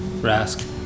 Rask